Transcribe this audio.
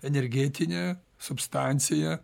energetinę substanciją